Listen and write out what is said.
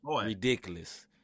ridiculous